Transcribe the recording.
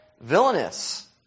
villainous